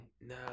No